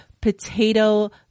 potato